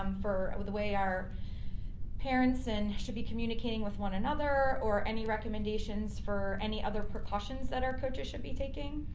um for the way our parents and should be communicating with one another or any recommendations for any other precautions that our coaches should be taking?